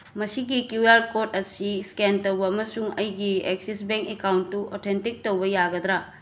ꯃꯁꯤꯒꯤ Q R code ꯑꯁꯤ scan ꯇꯧꯕ ꯑꯃꯁꯨꯡ ꯑꯩꯒꯤ ꯑꯦꯛꯁꯤꯁ ꯕꯦꯡ ꯑꯦꯀꯥꯎꯟꯇꯨ ꯑꯣꯊꯦꯟꯇꯤꯛ ꯇꯧꯕ ꯌꯥꯒꯗ꯭ꯔꯥ